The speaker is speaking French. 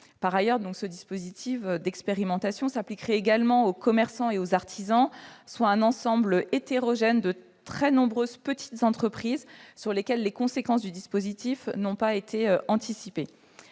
Par ailleurs, ce dispositif d'expérimentation s'appliquerait également aux commerçants et aux artisans, soit à un ensemble hétérogène, rassemblant de très nombreuses petites entreprises sur lesquelles ses conséquences n'ont pas été anticipées.